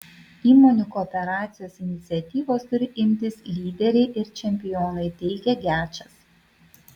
įmonių kooperacijos iniciatyvos turi imtis lyderiai ir čempionai teigia gečas